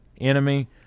enemy